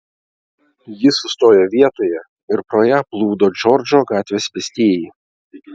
ji sustojo vietoje ir pro ją plūdo džordžo gatvės pėstieji